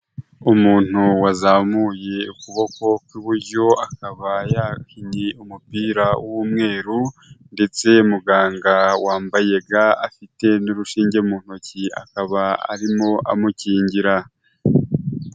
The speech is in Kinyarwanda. Umuntu wazamuye ukuboko kw'iburyo akaba yahinye umupira w'umweru, ndetse muganga wambaye ga afite n'urushinge mu ntoki akaba arimo amukingira.